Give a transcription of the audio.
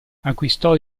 acquistò